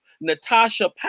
Natasha